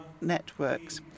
networks